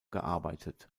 gearbeitet